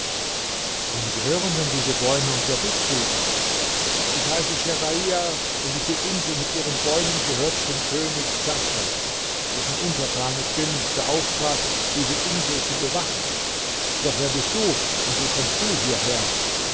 wem gehören denn diese bäume und wer bist du ich heiße scherahia und diese insel mit ihren bäumen gehört dem könig sachr dessen untertan ich bin beauftragt diese insel zu bewachen doch wer bist du und wie kommst du hierher